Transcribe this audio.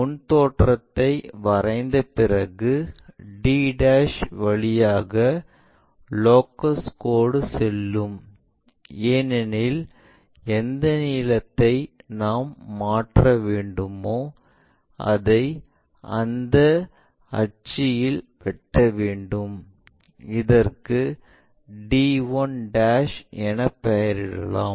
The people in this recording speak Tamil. முன் தோற்றத்தை வரைந்த பிறகு d வழியாக லோக்கஸ் கோடு செல்லும் ஏனெனில் எந்த நீலத்தை நாம் மாற்ற வேண்டுமோ அதை இந்த அட்சியில் வெட்ட வேண்டும் இதற்கு d 1 என பெயரிடலாம்